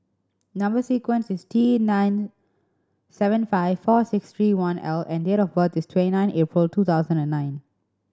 number sequence is T nine seven five four six three one L and date of birth is twenty nine April two thousand and nine